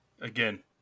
Again